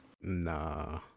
nah